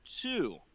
two